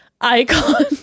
icon